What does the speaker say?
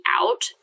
out